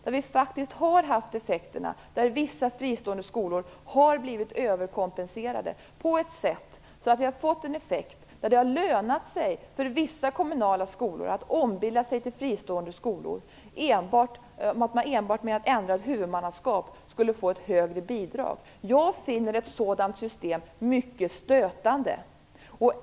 Vi har faktiskt haft effekter av att vissa fristående skolor har blivit överkompenserade som har inneburit att det har lönat sig för vissa kommunala skolor att ombilda sig till fristående skolor. Genom att enbart ändra huvudmannaskap har man kunnat få ett högre bidrag. Jag finner ett sådant system mycket stötande.